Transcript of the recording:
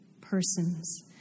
persons